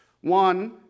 One